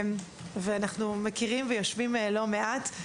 אנחנו מכירים ויושבים לא מעט,